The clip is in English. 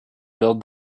build